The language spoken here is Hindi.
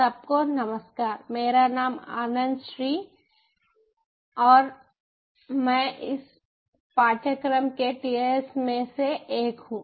सबको नमस्कार मेरा नाम आनंद श्री और मैं इस पाठ्यक्रम के TAs में से एक हूं